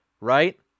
right